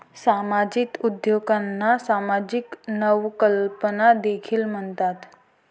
सामाजिक उद्योजकांना सामाजिक नवकल्पना देखील म्हणतात